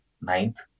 ninth